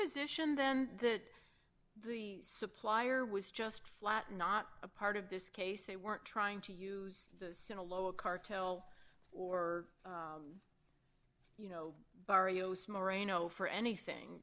position then that the supplier was just flat not a part of this case they weren't trying to use this in a low a cartel or you know barrios moreno for anything